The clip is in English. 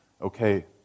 okay